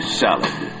salad